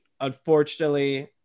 Unfortunately